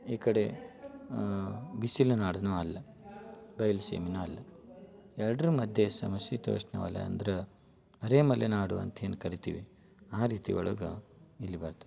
ಈ ಕಡೆ ಬಿಸಿಲು ನಾಡೂನು ಅಲ್ಲ ಬಯಲು ಸೀಮೆಯೂ ಅಲ್ಲ ಎರಡ್ರ ಮಧ್ಯೆ ಸಮಶೀತೋಷ್ಣ ವಲಯ ಅಂದ್ರೆ ಅರೇ ಮಲೆನಾಡು ಅಂತೇನು ಕರಿತೀವಿ ಆ ರೀತಿ ಒಳಗೆ ಇಲ್ಲಿ ಬರ್ತೆ